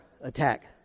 attack